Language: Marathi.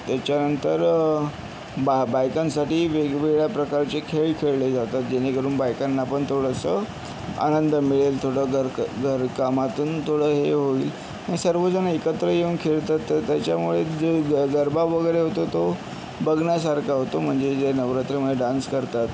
त्याच्यानंतर बा बायकांसाठी वेगवेगळ्या प्रकारचे खेळ खेळले जातात जेणेकरून बायकांना पण थोडासा आनंद मिळेल थोडं घर का घरकामातून थोडं हे होईल सर्वजणं एकत्र येऊन खेळतात तर त्याच्यामुळे जो ग गरबा वगैरे होतो तो बघण्यासारखा होतो म्हणजे जे नवरात्रामध्ये डान्स करतात